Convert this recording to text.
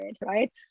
right